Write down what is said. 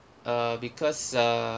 uh because uh